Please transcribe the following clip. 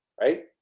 right